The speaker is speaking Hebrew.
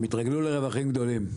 הם התרגלו לרווחים גדולים.